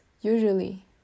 usually